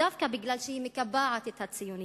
דווקא משום שהיא מקבעת את הציוניות.